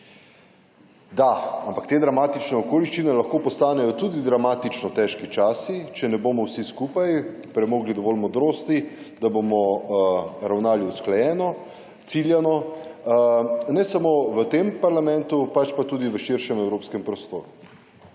ampak te dramatične okoliščine lahko postanejo tudi dramatično težki časi, če ne bomo vsi skupaj premogli dovolj modrosti, da bomo ravnali usklajeno, ciljano, ne samo v tem parlamentu pač pa tudi v širšem evropskem prostoru.